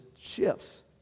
shifts